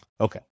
Okay